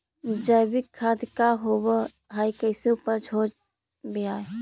जैविक खाद क्या होब हाय कैसे उपज हो ब्हाय?